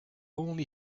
only